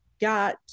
got